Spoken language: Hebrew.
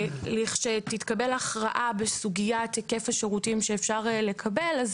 לכשתתקבל הכרעה בסוגיית היקף השירותים שאפשר לקבל,